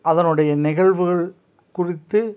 அதனுடைய நிகழ்வுகள் குறித்து